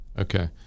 okay